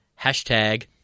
hashtag